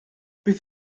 beth